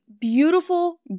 beautiful